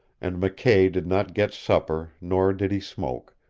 and mckay did not get supper nor did he smoke,